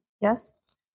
Yes